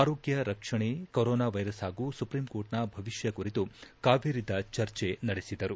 ಆರೋಗ್ಯ ರಕ್ಷಣೆ corona virus ಹಾಗೂ ಸುಪ್ರೀಂ ಕೋರ್ಟ್ನ ಭವಿಷ್ಠ ಕುರಿತು ಕಾವೇರಿದ ಚರ್ಚೆ ನಡೆಸಿದರು